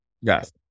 Yes